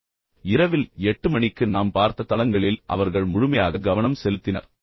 எனவே இரவில் 8 மணிக்கு நாம் பார்த்த தளங்களில் அவர்கள் முழுமையாக கவனம் செலுத்தினர்